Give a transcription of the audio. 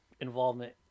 involvement